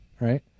right